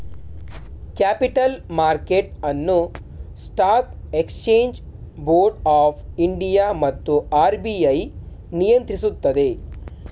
capital market ಅನ್ನು stock exchange board of India ಮತ್ತು RBI ನಿಯಂತ್ರಿಸುತ್ತದೆ